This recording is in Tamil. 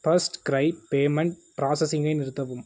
ஃபர்ஸ்ட் கிரை பேமெண்ட் பிராசஸிங்கை நிறுத்தவும்